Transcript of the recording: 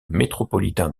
métropolitain